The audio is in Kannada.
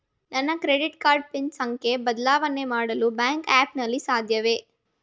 ನನ್ನ ಕ್ರೆಡಿಟ್ ಕಾರ್ಡ್ ಪಿನ್ ಸಂಖ್ಯೆ ಬದಲಾವಣೆ ಮಾಡಲು ಬ್ಯಾಂಕ್ ಆ್ಯಪ್ ನಲ್ಲಿ ಸಾಧ್ಯವೇ?